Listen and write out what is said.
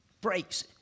breaks